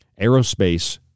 aerospace